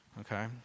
okay